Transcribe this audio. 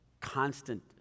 constant